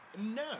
No